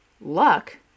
luck